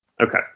Okay